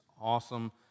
awesome